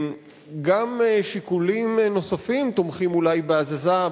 גם שיקולים נוספים תומכים אולי בהזזה,